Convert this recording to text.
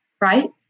Right